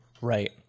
Right